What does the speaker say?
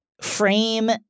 frame